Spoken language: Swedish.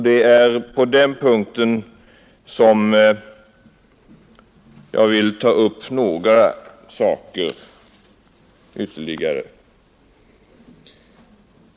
Det är på den punkten som jag vill ta upp ytterligare några saker.